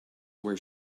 where